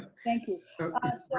thank you. ah so